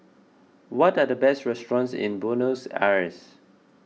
what are the best restaurants in Buenos Aires